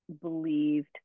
believed